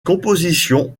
compositions